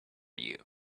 you